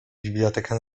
bibliotekę